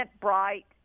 bright